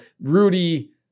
Rudy